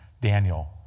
Daniel